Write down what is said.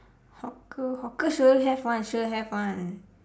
hawker hawker sure have one sure have one